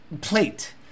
plate